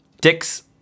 dicks